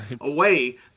away